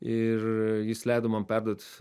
ir jis leido man perduot